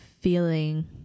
feeling